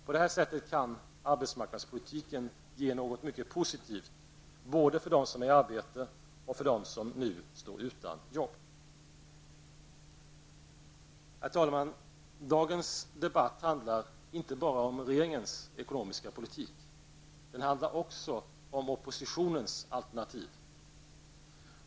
På det här sättet kan arbetsmarknadspolitiken ge något mycket positivt både för dem som är i arbete och för dem som nu står utan jobb. Herr talman! Dagens debatt handlar inte bara om regeringens ekonomiska politik. Den handlar också om oppositionens alternativ.